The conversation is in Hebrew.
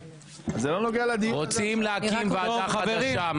רוצים להקים ועדה חדשה.